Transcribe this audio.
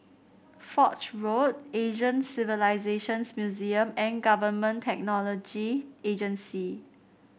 Foch Road Asian Civilisations Museum and Government Technology Agency